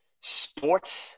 sports